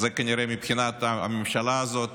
אז כנראה מבחינת הממשלה הזאת